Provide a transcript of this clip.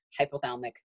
hypothalamic